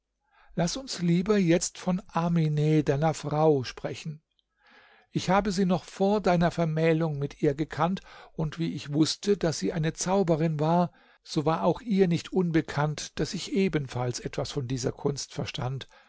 laß uns lieber jetzt von amine deiner frau sprechen ich habe sie noch vor deiner vermählung mit ihr gekannt und wie ich wußte daß sie eine zauberin war so war auch ihr nicht unbekannt daß ich ebenfalls etwas von dieser kunst verstand